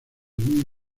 muy